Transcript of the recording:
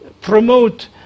promote